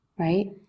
Right